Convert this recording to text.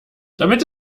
damit